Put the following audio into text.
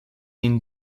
lin